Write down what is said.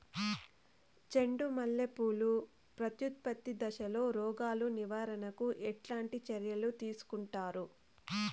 చెండు మల్లె పూలు ప్రత్యుత్పత్తి దశలో రోగాలు నివారణకు ఎట్లాంటి చర్యలు తీసుకుంటారు?